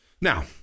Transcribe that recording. Now